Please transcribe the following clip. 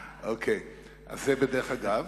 זה בדרך אגב.